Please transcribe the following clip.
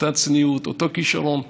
אותה צניעות ואותו כישרון,